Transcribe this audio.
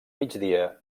migdia